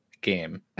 game